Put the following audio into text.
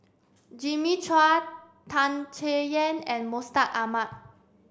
Jimmy Chua Tan Chay Yan and Mustaq Ahmad